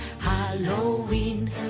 Halloween